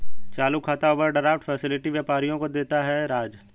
चालू खाता overdraft facility व्यापारियों को देता है राज